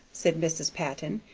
said mrs. patton,